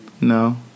No